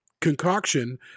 concoction